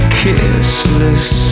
kissless